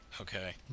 Okay